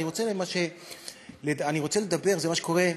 אני רוצה לדבר, זה מה שקורה,